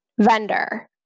vendor